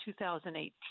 2018